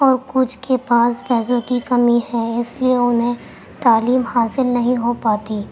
اور کچھ کے پاس پیسوں کی کمی ہے اس لیے انہیں تعلیم حاصل نہیں ہو پاتی